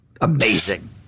Amazing